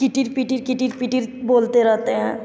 किटीर पीटिर किटीर पीटिर बोलते रहते हैं